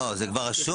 זה מה ששאלתי.